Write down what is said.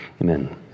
amen